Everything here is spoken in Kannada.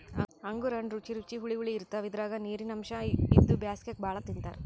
ಅಂಗೂರ್ ಹಣ್ಣ್ ರುಚಿ ರುಚಿ ಹುಳಿ ಹುಳಿ ಇರ್ತವ್ ಇದ್ರಾಗ್ ನೀರಿನ್ ಅಂಶ್ ಇದ್ದು ಬ್ಯಾಸ್ಗ್ಯಾಗ್ ಭಾಳ್ ತಿಂತಾರ್